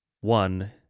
one